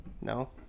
No